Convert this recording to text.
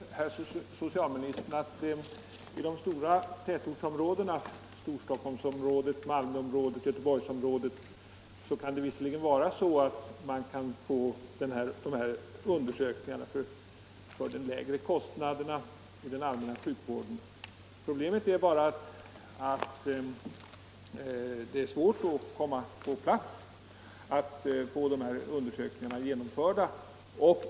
Herr talman! Jag vill bara säga till herr socialministern att i de stora tätortsområdena — Storstockholmsområdet, Malmöområdet och Göteborgsområdet — kan man visserligen få de här undersökningarna för de lägre kostnaderna i den allmänna sjukvården, men problemet är bara att det är svårt att komma på plats och få undersökningarna utförda.